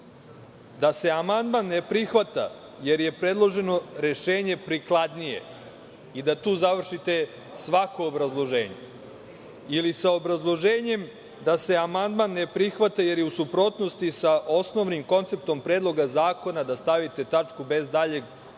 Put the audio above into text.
da se amandman ne prihvata jer je predloženo rešenje prikladnije i da tu završite svako obrazloženje ili sa obrazloženjem da se amandman ne prihvata jer je u suprotnosti sa osnovnim konceptom predloga zakona, da stavite tačku bez daljeg obrazloženja,